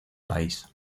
país